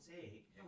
take